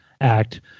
Act